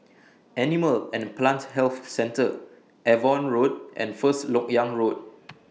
Animal and Plant Health Centre Avon Road and First Lok Yang Road